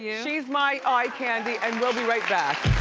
she's my eye candy, and we'll be right back.